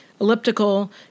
elliptical